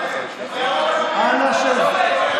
אנא שב.